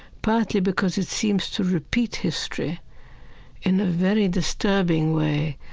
partly because it seems to repeat history in a very disturbing way.